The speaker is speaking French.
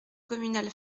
communale